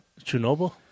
Chernobyl